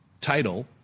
title